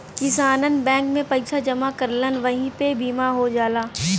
किसानन बैंक में पइसा जमा करलन वही पे बीमा हो जाला